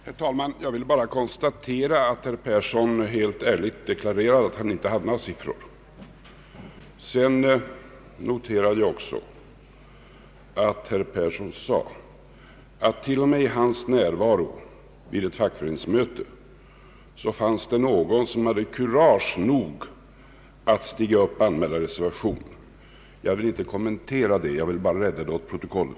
Herr talman! Jag vill bara konstatera att herr Persson ärligt deklarerade att han inte hade några siffror. Jag noterade också att herr Persson sade att det till och med i hans närvaro vid ett fackföreningsmöte funnits någon som hade kurage nog att stiga upp och anmäla reservation. Jag vill inte kommentera detta. Jag vill bara rädda det åt protokollet.